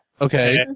Okay